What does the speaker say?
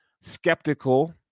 skeptical